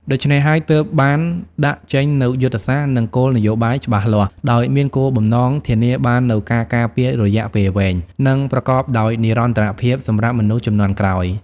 ដូច្នេះហើយ ទើបបានដាក់ចេញនូវយុទ្ធសាស្ត្រ និងគោលនយោបាយច្បាស់លាស់ ដោយមានគោលបំណងធានាបាននូវការការពាររយៈពេលវែង និងប្រកបដោយនិរន្តរភាពសម្រាប់មនុស្សជំនាន់ក្រោយ។